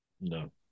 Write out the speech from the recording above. No